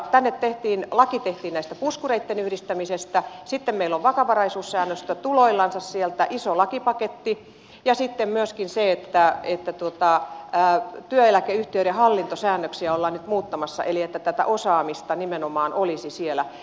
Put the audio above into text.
laki tehtiin näiden puskureitten yhdistämisestä sitten meillä on vakavaraisuussäännöstö tuloillansa sieltä iso lakipaketti ja sitten myöskin työeläkeyhtiöiden hallintosäännöksiä ollaan nyt muuttamassa eli että tätä osaamista nimenomaan olisi siellä